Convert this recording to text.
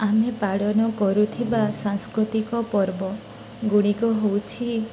ଆମେ ପାଳନ କରୁଥିବା ସାଂସ୍କୃତିକ ପର୍ବ ଗୁଡ଼ିକ ହଉଛି